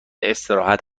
استراحت